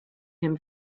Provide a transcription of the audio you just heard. him